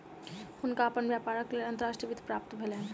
हुनका अपन व्यापारक लेल अंतर्राष्ट्रीय वित्त प्राप्त भेलैन